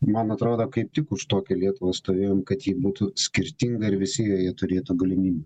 man atrodo kaip tik už tokią lietuvą stovėjom kad ji būtų skirtinga ir visi jie turėtų galimybių